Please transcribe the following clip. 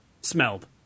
smelled